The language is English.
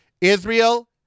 Israel